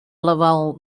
laval